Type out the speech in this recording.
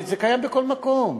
זה קיים בכל מקום.